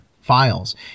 files